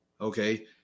okay